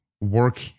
work